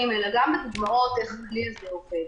אלא גם בדוגמאות איך הכלי הזה עובד.